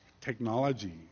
technology